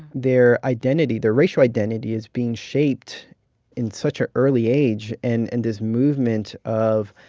their identity, their racial identity, is being shaped in such an early age, and and this movement of,